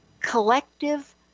collective